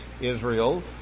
Israel